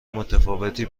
متفاوتی